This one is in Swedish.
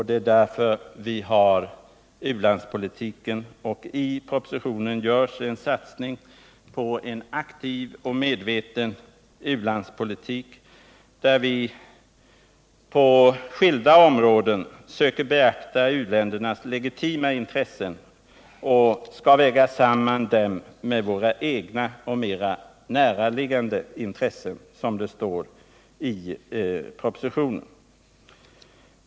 Det är därför vi har u-landspolitiken, och i propositionen görs en satsning på en aktiv och medveten u-landspolitik, där vi ”på skilda områden medvetet söker beakta uländernas legitima intressen och väga samman dem med våra egna, mera näraliggande intressen”.